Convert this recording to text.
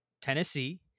Tennessee